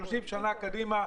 ב-30 שנים קדימה,